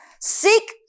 Seek